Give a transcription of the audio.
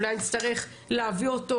אולי נצטרך להביא אותו